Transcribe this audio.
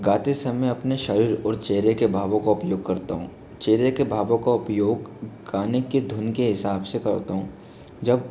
गाते समय अपने शरीर और चेहरे के भावों को उपयोग करता हूँ चेहरे के भावों का उपयोग गाने के धुन के हिसाब से करता हूँ जब